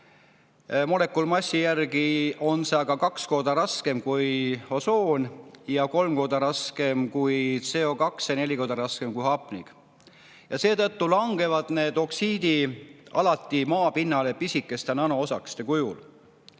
Molekulmassi järgi on need aga kaks korda raskemad kui osoon, kolm korda raskemad kui CO2ja neli korda raskemad kui hapnik ja seetõttu langevad need oksiidid alati maapinnale pisikeste nanoosakeste kujul.